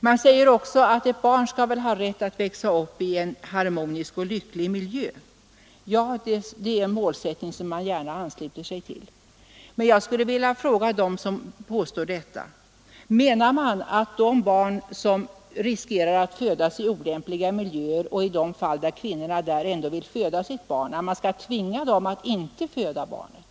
Man säger också att ett barn skall ha rätt att växa upp i en harmonisk och lycklig miljö. Det är en målsättning som vi gärna ansluter oss till. Men jag skulle vilja fråga dem som påstår detta: Menar man att när barn riskerar att födas i olämpliga miljöer men kvinnorna ändå vill föda sina barn så skall man tvinga dem att inte föda barnen?